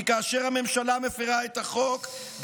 כי כאשר הממשלה מפירה את החוק,